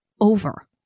over